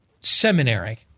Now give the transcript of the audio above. seminary